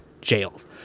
jails